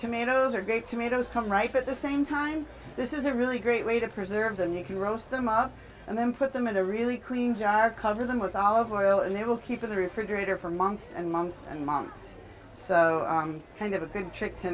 tomatoes are great tomatoes come right at the same time this is a really great way to preserve them you can roast them and then put them in a really clean jar cover them with olive oil and they will keep in the refrigerator for months and months and months so kind of a good trick to